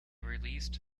released